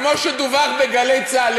כמו שדווח בגלי צה"ל,